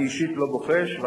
אני אישית לא בוחש,